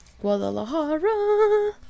Guadalajara